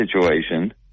situation